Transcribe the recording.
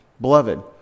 Beloved